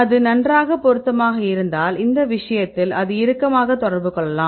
அது நன்றாக பொருத்தமாக இருந்தால் இந்த விஷயத்தில் அது இறுக்கமாக தொடர்பு கொள்ளலாம்